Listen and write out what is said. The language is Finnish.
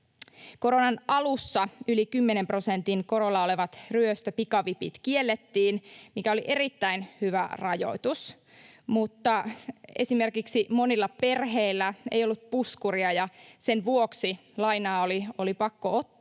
Koronan alussa yli kymmenen prosentin korolla olevat ryöstöpikavipit kiellettiin, mikä oli erittäin hyvä rajoitus. Mutta monilla perheillä ei esimerkiksi ollut puskuria, ja sen vuoksi lainaa oli pakko ottaa